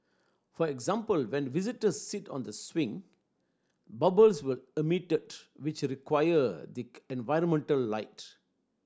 for example when visitors sit on the swing bubbles will emitted which the acquire the environmental light